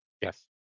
yes